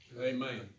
Amen